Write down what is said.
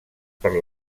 per